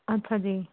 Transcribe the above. ਅੱਛਾ ਜੀ